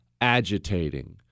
agitating